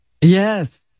Yes